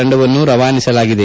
ತಂಡವನ್ನು ರವಾನಿಸಲಾಗಿದೆ